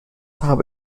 habe